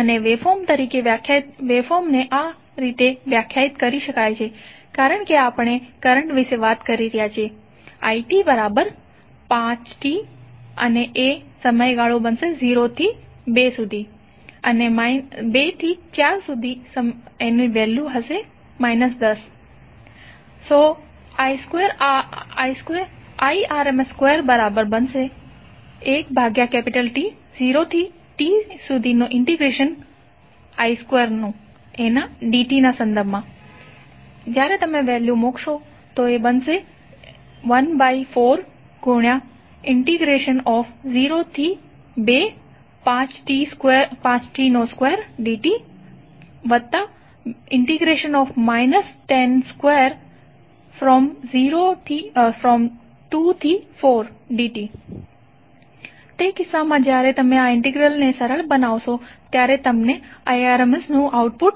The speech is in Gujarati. અને વેવફોર્મ તરીકે વ્યાખ્યાયિત કરી શકાય છે કારણ કે આપણે કરંટ વિશે વાત કરી રહ્યા છે it5t 0t2 10 2t4 Irms21T0Ti2dt14025t2dt24 102dt તે કિસ્સામાં જ્યારે તમે આ ઇંટિગ્રલને સરળ બનાવશો ત્યારે તમને Irms નું આઉટપુટ 8